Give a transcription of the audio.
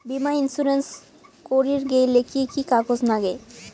বীমা ইন্সুরেন্স করির গেইলে কি কি কাগজ নাগে?